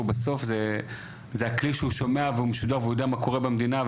בסוף זה הכלי שהוא שומע והוא משודר והוא יודע מה קורה במדינה,